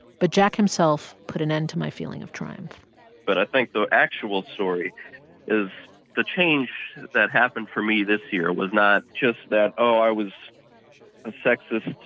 but jack himself put an end to my feeling of triumph but i think the actual story is the change that happened for me this year was not just that oh, i was a sexist,